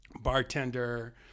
bartender